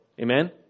Amen